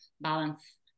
balance